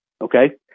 okay